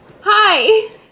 Hi